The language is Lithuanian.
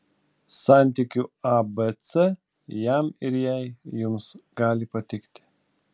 santykių abc jam ir jai jums gali patikti